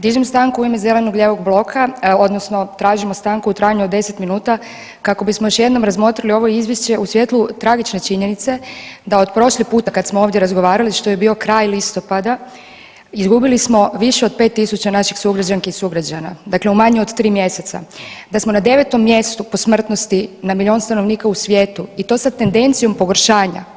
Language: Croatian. Dižem stanku u ime zeleno-lijevog bloka odnosno tražimo stanku u trajanju od 10 minuta kako bismo još jednom razmotrili ovo izvješće u svjetlu tragične činjenice da od prošli puta kad smo ovdje razgovarali, što je bio kraj listopada, izgubili smo više od 5.000 naših sugrađanki i sugrađana, dakle u manje od 3 mjeseca, da smo na 9. mjestu po smrtnosti na milijun stanovnika u svijetu i to sa tendencijom pogoršanja.